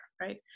right